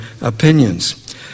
opinions